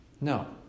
No